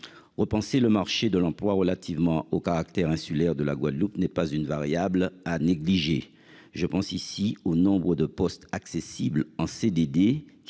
Repenser le marché de l’emploi en tenant compte du caractère insulaire de la Guadeloupe n’est pas une variable à négliger. Nombre de postes accessibles en CDD